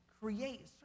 create